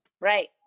Right